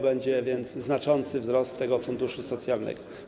Będzie więc znaczący wzrost tego funduszu socjalnego.